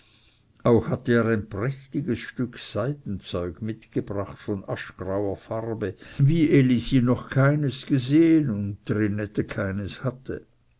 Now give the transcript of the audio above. auch hatte er ein prächtiges stück seidenzeug mitgebracht von aschgrauer farbe wie elisi noch keines gesehen und trinette keins hatte